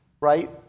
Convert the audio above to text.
right